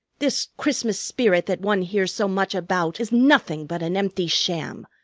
this christmas spirit that one hears so much about is nothing but an empty sham.